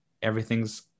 everything's